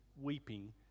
weeping